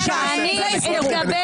את זה יזכרו.